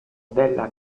della